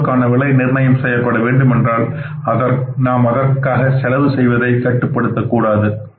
பொருளுக்கான விலை நிர்ணயிக்கப்பட வேண்டும் என்றால் நாம் அதற்காக செலவு செய்வதை கட்டுப்படுத்தக் கூடாது